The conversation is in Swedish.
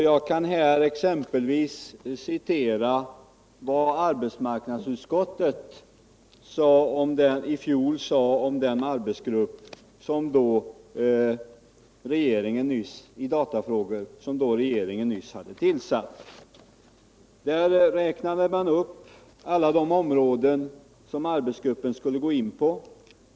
Jag kan här exempelvis citera vad arbetsmarknadsutskottet i fjol sade om den arbetsgrupp i datafrågor som regeringen då nyss hade tillsatt. Utskottet räknade upp alla de områden som arbetsgruppen skulle gå in på.